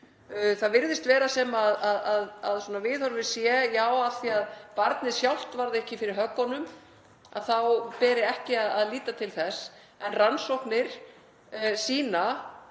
Það virðist vera sem að viðhorfið sé, já, af því að barnið sjálft varð ekki fyrir höggunum þá beri ekki að líta til þess. En rannsóknir sýna